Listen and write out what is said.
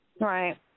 Right